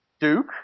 Duke